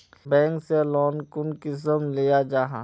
Bank से loan कुंसम लिया जाहा?